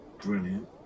Brilliant